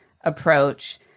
approach